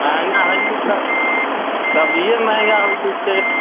महँगाइ हइ तऽ हइ सब्जिए महँगा हो गेल छै